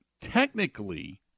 technically